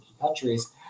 countries